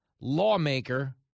lawmaker